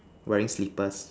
wearing slippers